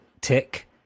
tick